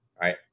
right